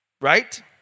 right